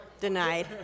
denied